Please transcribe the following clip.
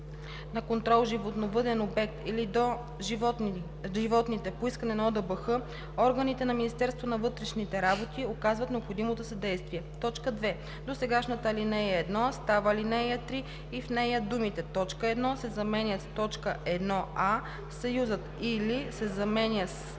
на контрол животновъден обект или до животните, по искане на ОДБХ органите на Министерството на вътрешните работи оказват необходимото съдействие.“ 2. Досегашната ал. 1 става ал. 3 и в нея думите „т. 1“ се заменят с „т. 1а“, съюзът „или“ се заменя с